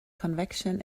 convection